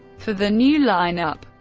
for the new line-up,